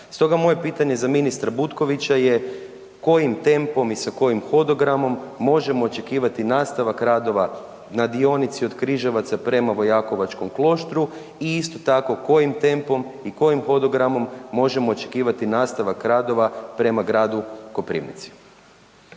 Stoga moje pitanje za ministra Butkovića je, kojim tempom i sa kojim hodogramom možemo očekivati nastavak radova na dionici od Križevaca prema Vojakovačkom Kloštru i isto tako, kojim tempom i kojim hodogramom možemo očekivati nastavak radova prema gradu Koprivnici.